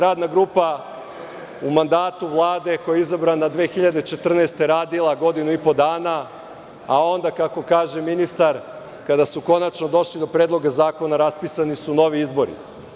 Radna grupa u mandatu Vlade, koja je izabrana 2014. godine, radila je godinu i po dana, a onda, kako kaže ministar, kada su konačno došli do Predloga zakona, raspisani su novi izbori.